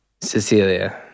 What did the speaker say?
Cecilia